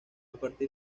partir